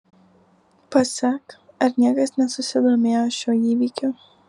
pasek ar niekas nesusidomėjo šiuo įvykiu